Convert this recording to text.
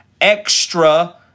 extra